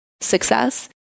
success